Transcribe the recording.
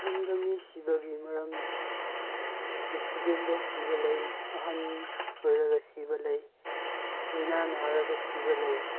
ꯁꯣꯝꯗ ꯃꯤ ꯁꯤꯕꯒꯤ ꯃꯔꯝ ꯑꯦꯛꯁꯤꯗꯦꯟꯗ ꯁꯤꯕ ꯂꯩ ꯑꯍꯟ ꯑꯣꯏꯔꯒ ꯁꯤꯕ ꯂꯩ ꯂꯩꯅꯥ ꯅꯥꯔꯒ ꯁꯤꯕ ꯂꯩ